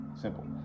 simple